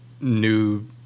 new